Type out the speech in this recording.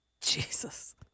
Jesus